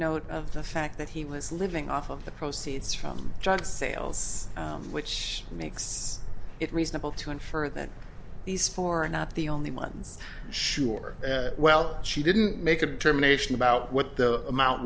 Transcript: note of the fact that he was living off of the proceeds from john sales which makes it reasonable to infer that these four are not the on the ones sure well she didn't make a determination about what the amount